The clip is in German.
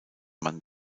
man